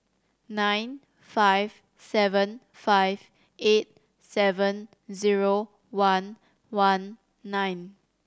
nine five seven five eight seven zero one one nine